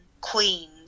Queens